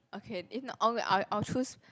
okay if not okay I'll I'll choose